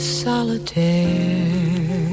solitaire